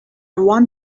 want